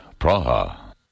Praha